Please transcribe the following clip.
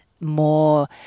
more